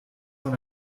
von